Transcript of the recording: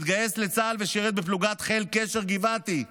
התגייס לצה"ל ושירת בפלוגת חיל קשר גבעתי,